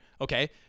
okay